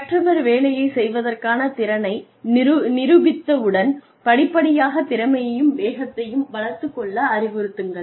கற்றவர் வேலையை செய்வதற்கான திறனை நிரூபித்தவுடன் படிப்படியாகத் திறமையையும் வேகத்தையும் வளர்த்து கொள்ள அறிவுறுத்துங்கள்